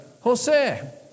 Jose